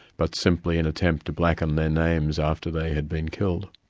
but simply an attempt to blacken their names after they had been killed.